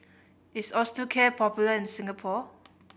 is Osteocare popular in Singapore